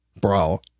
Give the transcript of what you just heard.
Bro